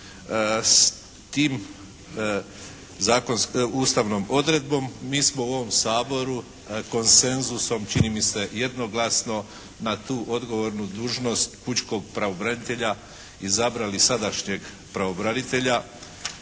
s tim, ustavnom odredbom mi smo u ovom Saboru konsenzusom čini mi se jednoglasno na tu odgovornu dužnost pučkog pravobranitelja izabrali sadašnjeg pravobranitelja